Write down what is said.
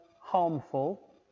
harmful